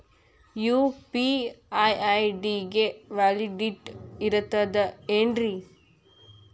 UPI ID ಗೆ validity ಇರತದ ಏನ್ರಿ?